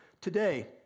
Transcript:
Today